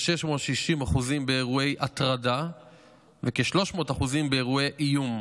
כ-660% באירועי הטרדה וכ-300% באירועי איום.